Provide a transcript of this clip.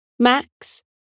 Max